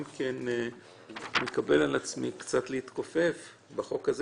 כן מקבל על עצמי להתכופף מעט בחוק הזה.